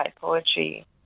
Poetry